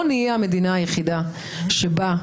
לא נהיה המדינה היחידה שבה,